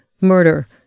murder